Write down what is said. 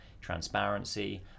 transparency